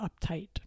uptight